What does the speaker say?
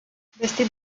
vestit